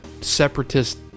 Separatist